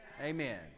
Amen